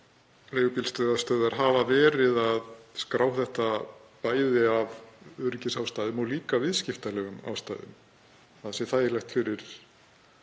leigubílstjórastöðvar hafi verið að skrá þetta af öryggisástæðum og líka af viðskiptalegum ástæðum, það sé þægilegt fyrir